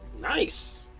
Nice